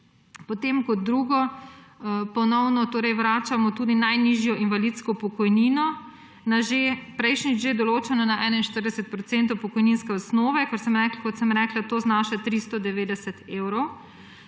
delo. Kot drugo. Ponovno vračamo tudi najnižjo invalidsko pokojnino na prejšnjič že določenih 41 % pokojninske osnove, kot sem rekla, to znaša 390 evrov.